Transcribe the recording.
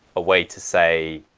a way to say,